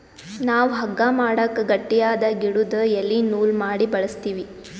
ನಾವ್ ಹಗ್ಗಾ ಮಾಡಕ್ ಗಟ್ಟಿಯಾದ್ ಗಿಡುದು ಎಲಿ ನೂಲ್ ಮಾಡಿ ಬಳಸ್ತೀವಿ